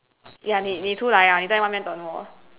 ya 你你出来啊你在外面等我